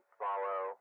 follow